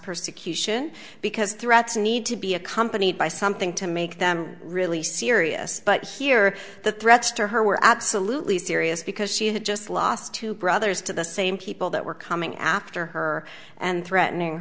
persecution because threats need to be accompanied by something to make them really serious but here the threats to her were absolutely serious because she had just lost two brothers to the same people that were coming after her and threatening